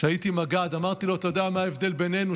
כשהייתי מג"ד: אתה יודע מה ההבדל בינינו?